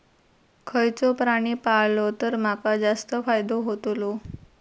खयचो प्राणी पाळलो तर माका जास्त फायदो होतोलो?